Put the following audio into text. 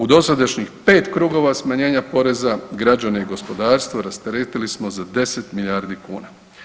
U dosadašnjih 5 krugova smanjenja poreza, građane i gospodarstvo, rasteretili smo za 10 milijardi kuna.